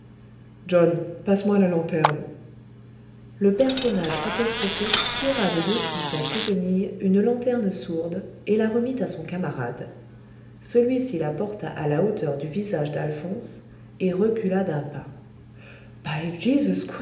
john passe-moi la lanterne le personnage apostrophé tira de dessous sa souquenille une lanterne sourde et la remit à son camarade celui-ci la porta à la hauteur du visage d'alphonse et recula d'un pas